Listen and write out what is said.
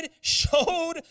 showed